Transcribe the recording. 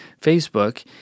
Facebook